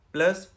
Plus